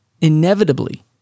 inevitably